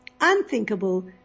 unthinkable